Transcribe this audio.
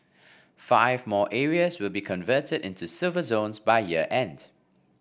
five more areas will be converted into Silver Zones by year end